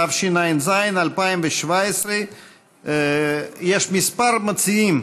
התשע"ז 2017. יש כמה מציעים,